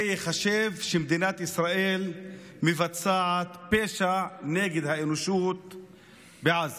זה ייחשב שמדינת ישראל מבצעת פשע נגד האנושות בעזה.